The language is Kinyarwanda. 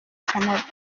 canada